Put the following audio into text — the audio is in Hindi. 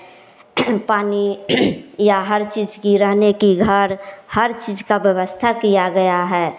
पानी या हर चीज़ की रहने की घर हर चीज़ का व्यवस्था किया गया है